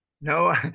No